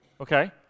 okay